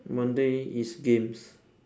monday is games